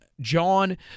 John